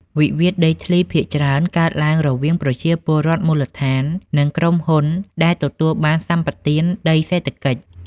វិវាទដីធ្លីភាគច្រើនកើតឡើងរវាងប្រជាពលរដ្ឋមូលដ្ឋាន និងក្រុមហ៊ុនដែលទទួលបានសម្បទានដីសេដ្ឋកិច្ច។